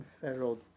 federal